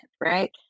right